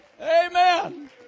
Amen